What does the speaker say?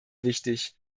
wichtig